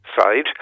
side